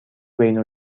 بین